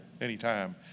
anytime